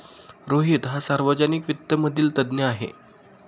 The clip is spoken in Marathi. रोहित हा सार्वजनिक वित्त मधील तज्ञ आहे